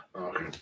Okay